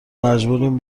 مجبوریم